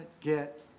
get